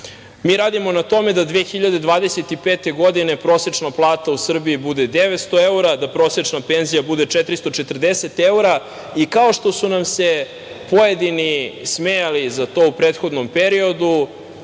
Mi radimo na tome da 2025. godine prosečna plata u Srbiji bude 900 evra, da prosečna penzija bude 440 evra i kao što su nam se pojedini smejali za to u prethodnom periodu,